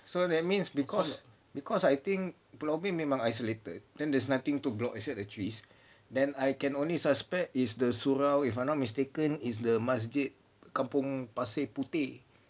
so that means because because I think probably memang isolated then there's nothing to block except the trees then I can only suspect is the surau if I'm not mistaken is the masjid kampung pasir puteh